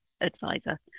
advisor